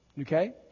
Okay